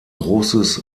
großes